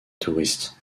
touristes